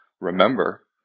remember